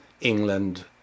England